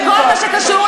וכל מה שקשור,